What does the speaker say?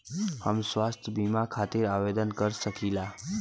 हम स्वास्थ्य बीमा खातिर आवेदन कर सकीला?